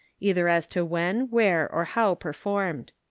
either as to when, where, or how performed.